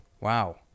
Wow